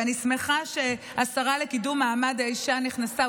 ואני שמחה שהשרה לקידום מעמד האישה נכנסה,